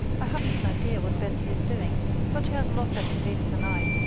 i haven't an idea what betsy is doing but she has a lot better taste than i,